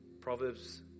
Proverbs